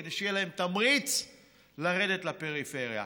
כדי שיהיה להם תמריץ לרדת לפריפריה.